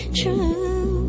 true